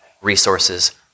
resources